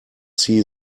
see